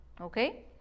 okay